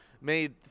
made